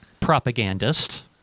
propagandist